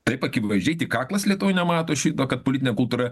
taip akivaizdžiai tik aklas lietuvoj nemato šito kad politinė kultūra